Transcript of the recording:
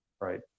right